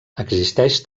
existeix